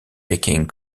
baking